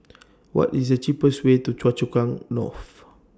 What IS The cheapest Way to Choa Chu Kang North